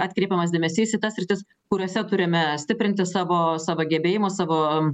atkreipiamas dėmesys į tas sritis kuriose turime stiprinti savo savo gebėjimus savo